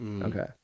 okay